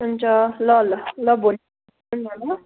हुन्छ ल ल ल भोलि भेटौँ न ल